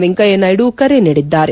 ವೆಂಕಯ್ಯ ನಾಯ್ಡ ಕರೆ ನೀಡಿದ್ದಾರೆ